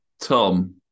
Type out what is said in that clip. Tom